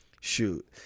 Shoot